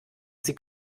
sie